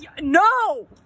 No